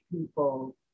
people